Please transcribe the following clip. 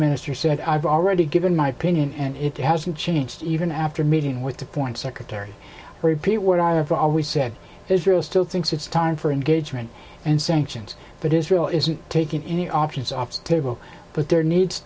minister said i've already given my opinion and it hasn't changed even after meeting with the point secretary repeat what i have always said israel still thinks it's time for engagement and sanctions but israel isn't taking any options off the table but there needs